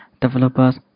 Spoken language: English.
developers